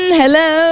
hello